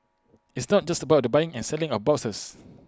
it's not just about the buying and selling of boxes